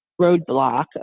roadblock